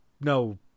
No